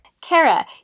Kara